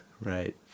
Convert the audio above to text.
Right